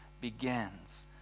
begins